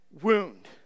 wound